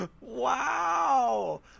Wow